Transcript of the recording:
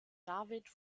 david